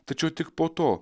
tačiau tik po to